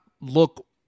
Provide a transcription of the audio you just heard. look